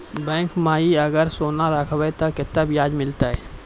Bank माई अगर सोना राखबै ते कतो ब्याज मिलाते?